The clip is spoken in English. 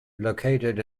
located